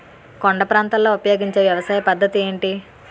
కొండ ప్రాంతాల్లో ఉపయోగించే వ్యవసాయ పద్ధతి ఏంటి?